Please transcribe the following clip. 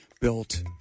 built